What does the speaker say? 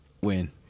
Win